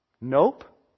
Nope